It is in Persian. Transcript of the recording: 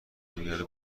نمیاره